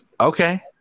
Okay